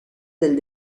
del